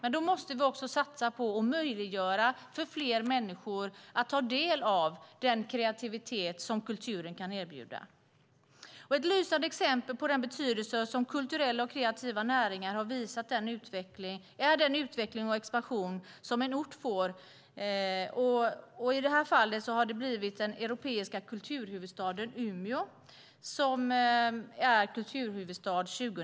Men då måste vi också satsa på och möjliggöra för fler människor att ta del av den kreativitet som kulturen kan erbjuda. Ett lysande exempel på den betydelse som kulturella och kreativa näringar har är den utveckling och expansion en ort får då den blir europeisk kulturhuvudstad. År 2014 är Umeå kulturhuvudstad.